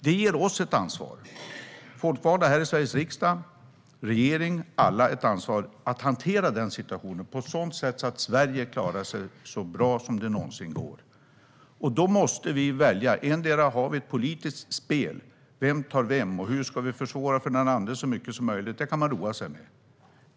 Det ger oss alla - folkvalda här i Sveriges riksdag och regeringen - ett ansvar att hantera den situationen på ett sådant sätt att Sverige klarar sig så bra som det någonsin går. Då måste vi välja. Antingen har vi ett politiskt spel: Vem tar vem, och hur ska vi försvåra för de andra så mycket som möjligt? Det kan man roa sig med.